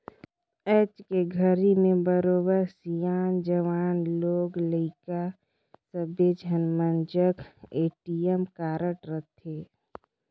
आयज के घरी में बरोबर सियान, जवान, लोग लइका सब्बे झन मन जघा ए.टी.एम कारड रथे